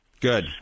Good